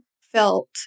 felt